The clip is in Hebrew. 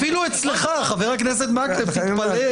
אפילו אצלך, חבר הכנסת מקלב, תתפלא.